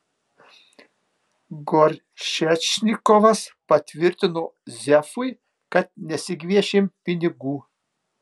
goršečnikovas patvirtino zefui kad nesigviešėm pinigų